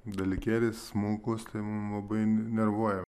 dalykėlis smulkus tai mum labai nervuoja